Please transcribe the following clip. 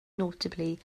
notably